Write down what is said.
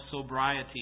sobriety